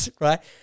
right